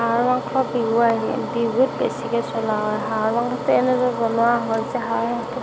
হাঁহৰ মাংস বিহু আহিলে বিহুত বেছিকে চলা হয় হাঁহৰ মাংসটো এনেদৰে বনোৱা হয় যে হাঁহৰ মাংসটো